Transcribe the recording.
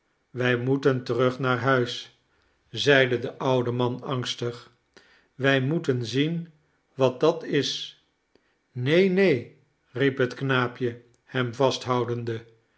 wij moeten terug naar huis zeide de oude man angstig wij moeten zien wat dat is neen neen riep het knaapje hem vasthoudende